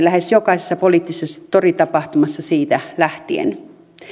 lähes jokaisessa poliittisessa toritapahtumassa siitä lähtien